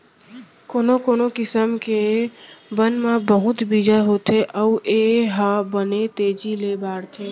कोनो कोनो किसम के बन म बहुत बीजा होथे अउ ए ह बने तेजी ले बाढ़थे